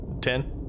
ten